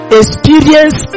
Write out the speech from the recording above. experience